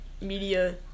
media